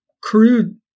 crude